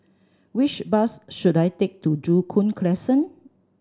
which bus should I take to Joo Koon Crescent